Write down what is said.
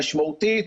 משמעותית.